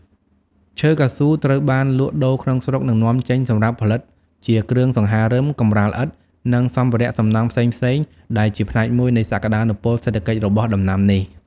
ឈើកៅស៊ូត្រូវបានលក់ដូរក្នុងស្រុក និងនាំចេញសម្រាប់ផលិតជាគ្រឿងសង្ហារឹម កម្រាលឥដ្ឋ និងសម្ភារៈសំណង់ផ្សេងៗ ដែលជាផ្នែកមួយនៃសក្តានុពលសេដ្ឋកិច្ចរបស់ដំណាំនេះ។